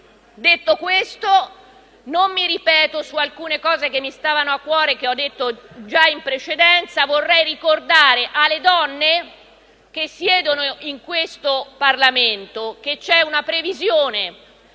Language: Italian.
Detto questo, non mi ripeto su alcune cose che mi stavano a cuore e che ho già detto in precedenza. Vorrei ricordare alle donne che siedono in questo Parlamento che c'è una previsione